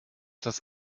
das